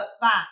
back